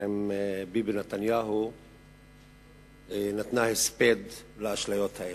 עם ביבי נתניהו נתנה הספד לאשליות האלה.